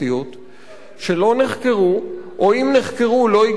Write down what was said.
שלא נחקרו, או אם נחקרו לא הגיעו לכתבי-אישום,